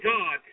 God